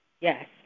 Yes